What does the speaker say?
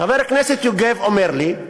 חבר הכנסת יוגב אומר לי: